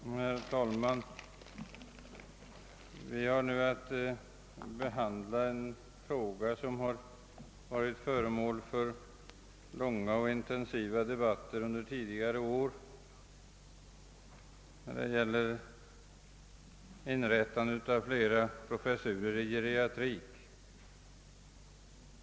Herr talman! Vi har nu att behandla en fråga som varit föremål för långa och intensiva debatter under tidigare år, nämligen inrättandet av flera professurer i geriatrik.